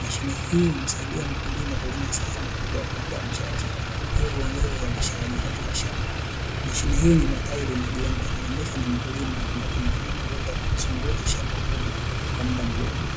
mashine hii humsaidia mkulima kulima sehemu kubwa kwa muda mchache hilo huongeza uzalishaji katika shamba, mashine hii yenye matairi majembe inaendeshwa na mkulima ambapo mkulima huweza kuzunguka shamba kubwa kwa muda mdogo.